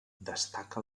destaca